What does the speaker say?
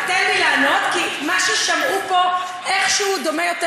תן לי לענות כי מה ששמעו פה איכשהו דומה יותר